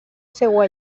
seua